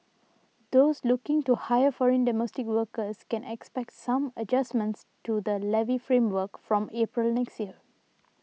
those looking to hire foreign domestic workers can expect some adjustments to the levy framework from April next year